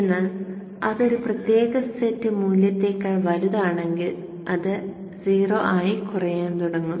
എന്നാൽ അത് ഒരു പ്രത്യേക സെറ്റ് മൂല്യത്തേക്കാൾ വലുതാണെങ്കിൽ അത് 0 ആയി കുറയാൻ തുടങ്ങും